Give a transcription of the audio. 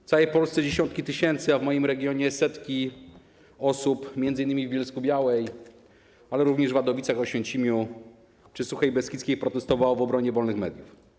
W całej Polsce dziesiątki tysięcy, a moim regionie setki osób, m.in. w Bielsku-Białej, ale również w Wadowicach, Oświęcimiu czy Suchej Beskidzkiej, protestowały w obronie wolnych mediów.